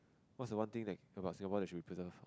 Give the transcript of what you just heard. what's the one thing that about Singapore that we should preserve